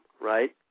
right